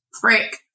Frick